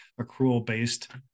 accrual-based